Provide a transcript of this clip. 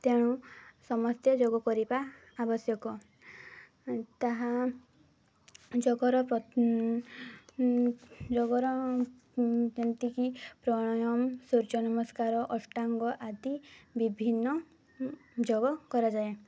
ତେଣୁ ସମସ୍ତେ ଯୋଗ କରିବା ଆବଶ୍ୟକ ତାହା ଯୋଗର ଯୋଗର ଯେମିତିକି ପ୍ରାଣାୟମ୍ ସୂର୍ଯ୍ୟ ନମସ୍କାର ଅଷ୍ଟାଙ୍ଗ ଆଦି ବିଭିନ୍ନ ଯୋଗ କରାଯାଏ